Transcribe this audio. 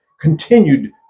continued